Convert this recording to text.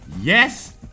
yes